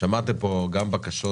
שמעתם פה בקשות